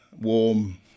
warm